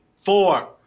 Four